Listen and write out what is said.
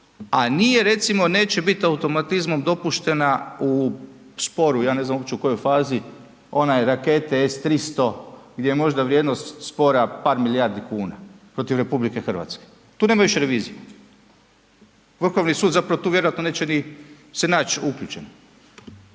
a nije recimo neće bit automatizmom dopuštena u sporu ja ne znam uopće u kojoj fazi onaj rakete S300 gdje je možda vrijednost spora par milijardi kuna protiv RH, tu nema više revizije, Vrhovni sud zapravo tu vjerojatno neće ni se naći uključen.